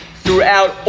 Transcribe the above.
throughout